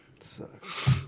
Sucks